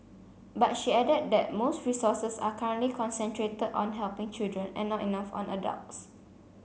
but she added that most resources are currently concentrated on helping children and not enough on adults